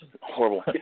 horrible